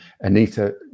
Anita